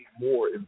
more